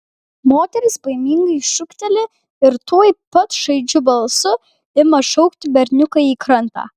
moteris baimingai šūkteli ir tuoj pat šaižiu balsu ima šaukti berniuką į krantą